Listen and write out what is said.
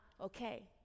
okay